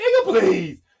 please